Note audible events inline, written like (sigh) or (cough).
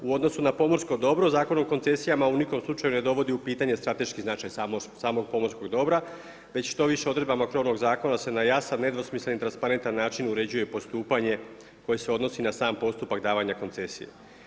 U odnosu na pomorsko dobro, Zakon o koncesijama u nikom slučaju ne dovodi u pitanje strateški značaj samog pomorskog dobra, već što više odredbama … (unintelligible) zakona se na jasan, nedvosmislen i transparentan način uređuje postupanje koji se odnosi na sam postupak davanja koncesija.